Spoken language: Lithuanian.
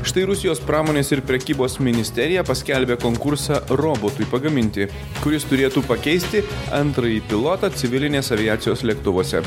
štai rusijos pramonės ir prekybos ministerija paskelbė konkursą robotui pagaminti kuris turėtų pakeisti antrąjį pilotą civilinės aviacijos lėktuvuose